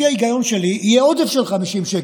לפי ההיגיון שלי, יהיה עודף של 50 שקל,